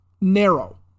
narrow